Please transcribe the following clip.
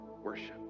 worship